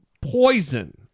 poison